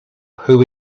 who